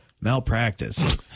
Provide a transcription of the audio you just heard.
malpractice